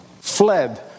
fled